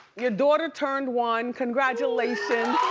your daughter turned one, congratulations.